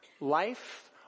Life